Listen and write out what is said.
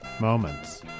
moments